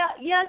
yes